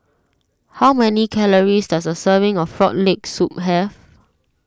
how many calories does a serving of Frog Leg Soup have